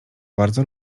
bardzo